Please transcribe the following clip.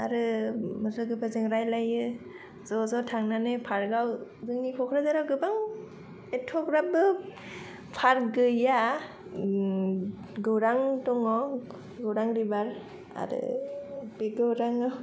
आरो लोगोफोरजों रालायो ज'ज' थांनानै पार्कआव जोंनि क'क्राझाराव गोबां एथ'ग्राबबो पार्क गैया गौरां दङ गौरां बिबार आरो बे गौरांआव